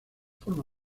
forma